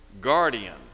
guardian